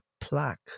plaque